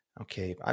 okay